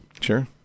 Sure